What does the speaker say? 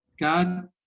God